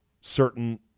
certain